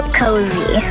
cozy